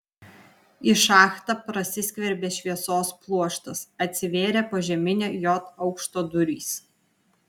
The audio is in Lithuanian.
į šachtą prasiskverbė šviesos pluoštas atsivėrė požeminio j aukšto durys